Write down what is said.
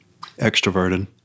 extroverted